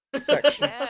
section